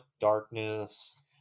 darkness